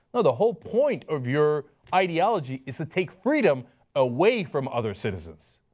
ah the whole point of your ideology is to take freedom away from other citizens.